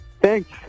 Thanks